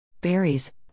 Berries